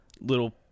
little